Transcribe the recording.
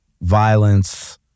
violence